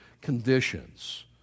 conditions